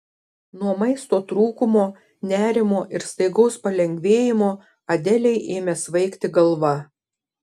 nuo maisto trūkumo nerimo ir staigaus palengvėjimo adelei ėmė svaigti galva